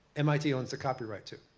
mit owns the copyright to.